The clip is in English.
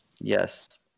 Yes